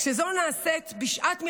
כשזו נעשית בשעת מלחמה,